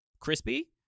crispy